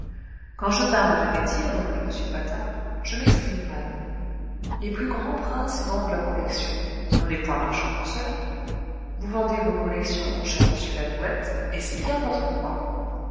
quand je parle de métier reprit m patard je m'exprime mal les plus grands princes vendent leurs collections on n'est point marchand pour cela vous vendez vos collections mon cher monsieur lalouette et c'est bien votre droit